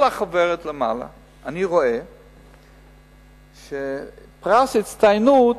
על החוברת למעלה אני רואה שפרס ההצטיינות